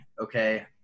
Okay